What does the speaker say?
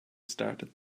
started